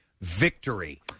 Victory